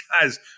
guys –